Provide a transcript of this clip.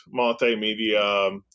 multimedia